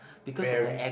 very